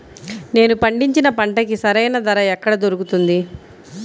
నేను పండించిన పంటకి సరైన ధర ఎక్కడ దొరుకుతుంది?